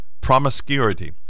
promiscuity